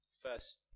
First